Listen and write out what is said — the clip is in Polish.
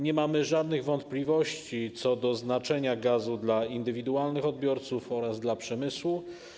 Nie mamy żadnych wątpliwości co do znaczenia gazu dla indywidualnych odbiorców oraz dla przemysłu.